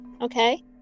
Okay